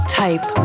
type